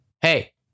hey